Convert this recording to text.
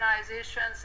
organizations